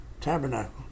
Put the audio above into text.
tabernacle